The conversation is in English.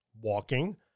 Walking